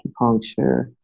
acupuncture